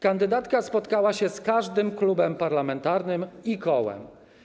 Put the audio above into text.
Kandydatka spotkała się z każdym klubem parlamentarnym i kołem.